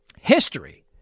history